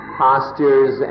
postures